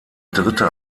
dritte